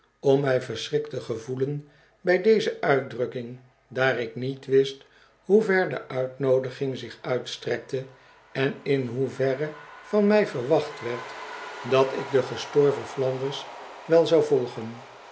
om mij verschrikt te gevoelen bij deze uitdrukking daar ik niet wist hoe ver deuitnoodiging zich uitstrekte en in hoeverre van mij verwacht werd dat ik den gestorven flanders wel zou volgen